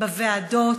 בוועדות?